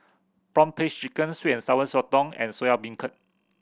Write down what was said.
prawn paste chicken sweet and Sour Sotong and Soya Beancurd